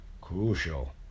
crucial